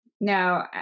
Now